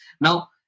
Now